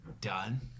done